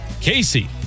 Casey